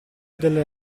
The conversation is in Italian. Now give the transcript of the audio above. delle